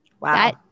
wow